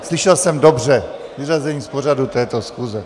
Slyšel jsem dobře, vyřazení z pořadu této schůze.